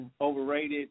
overrated